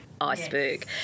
iceberg